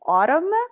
autumn